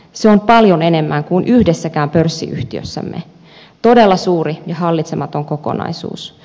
se on paljon enemmän kuin yhdessäkään pörssiyhtiössämme todella suuri ja hallitsematon kokonaisuus